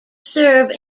serve